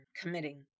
committing